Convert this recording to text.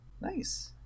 Nice